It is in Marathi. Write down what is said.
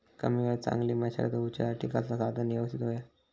कमी वेळात चांगली मशागत होऊच्यासाठी कसला साधन यवस्तित होया?